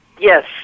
Yes